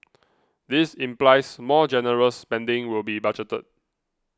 this implies more generous spending will be budgeted